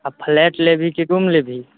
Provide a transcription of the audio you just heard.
आओर फ्लैट लेबही की रूम लेबही